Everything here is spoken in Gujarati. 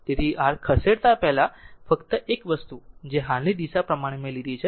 તેથી r ખસેડતા પહેલાફક્ત એક વસ્તુ જે હાલની દિશા પ્રમાણે મે લીધી છે